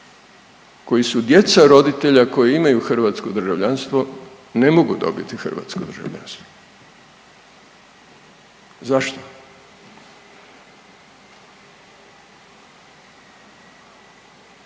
koji su djeca roditelja koji imaju hrvatsko državljanstvo, ne mogu dobiti hrvatsko državljanstvo. Zašto?